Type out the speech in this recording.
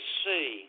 see